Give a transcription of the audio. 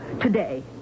today